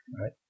Right